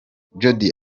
jody